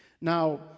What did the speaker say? Now